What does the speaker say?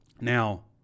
Now